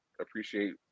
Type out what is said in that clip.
appreciate